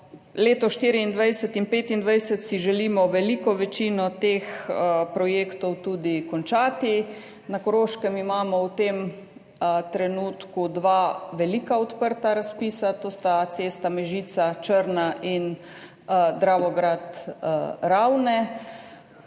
letih 2024 in 2025 si želimo veliko večino teh projektov tudi končati. Na Koroškem imamo v tem trenutku dva velika odprta razpisa, to sta cesti Mežica–Črna in Dravograd–Ravne.